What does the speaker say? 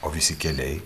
o visi keliai